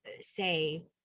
say